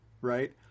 right